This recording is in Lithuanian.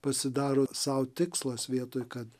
pasidaro sau tikslas vietoj kad